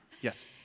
Yes